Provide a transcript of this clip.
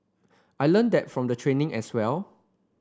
I learnt that from the training as well